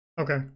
Okay